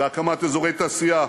בהקמת אזורי תעשייה,